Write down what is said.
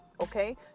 Okay